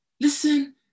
listen